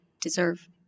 deserve